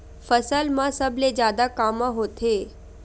फसल मा सबले जादा कामा होथे?